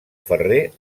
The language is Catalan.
ferrer